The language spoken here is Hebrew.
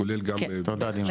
כולל גם בהחלט,